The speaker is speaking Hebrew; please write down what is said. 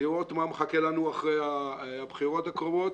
לראות מה מחכה לנו אחרי הבחירות הקרובות,